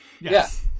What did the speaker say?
Yes